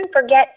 forget